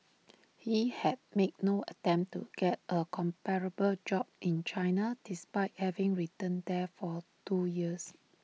he had made no attempt to get A comparable job in China despite having returned there for two years